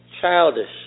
childish